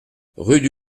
rue